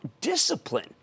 discipline